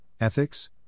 Ethics